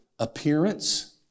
Appearance